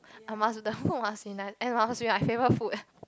I must the food must be nice and must be my favourite food